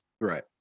Right